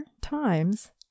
times